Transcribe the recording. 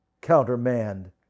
countermand